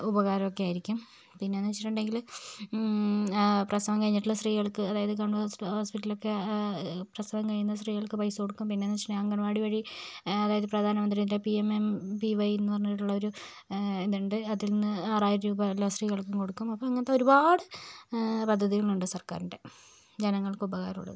ഉപകാരമൊക്കെ ആയിരിക്കും പിന്നെയെന്ന് വെച്ചിട്ടുണ്ടെങ്കിൽ പ്രസവം കഴിഞ്ഞിട്ടുള്ള സ്ത്രീകൾക്ക് അതായത് ഗവൺമെൻ്റ് ഹോസ്പിറ്റലിൽ ഒക്കെ പ്രസവം കഴിയുന്ന സ്ത്രീകൾക്ക് പൈസ കൊടുക്കും പിന്നെയെന്നു വെച്ചിട്ടുണ്ടെങ്കിൽ അംഗനവാടി വഴി അതായത് പ്രധാന മന്ത്രീൻ്റെ പി എം എം പി വൈയെന്നു പറഞ്ഞിട്ടുള്ളൊരു ഇതുണ്ട് അതെന്ന് ആറായിരം രൂപ എല്ലാ സ്ത്രീകൾക്കും കൊടുക്കും അപ്പോൾ അങ്ങനത്തെ ഒരുപാട് പദ്ധതികളുണ്ട് സർക്കാരിൻ്റെ ജനങ്ങൾക്ക് ഉപകാരമുള്ളത്